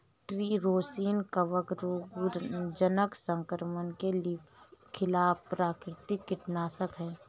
tree rosin कवक रोगजनक संक्रमण के खिलाफ प्राकृतिक कीटनाशक है